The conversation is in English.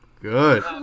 Good